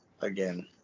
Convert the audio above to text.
again